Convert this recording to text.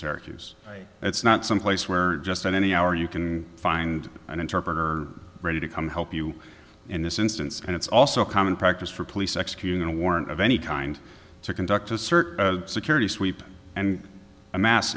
syracuse it's not some place where just at any hour you can find an interpreter ready to come help you in this instance and it's also common practice for police executing a warrant of any kind to conduct a search security sweep and a mass